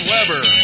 Weber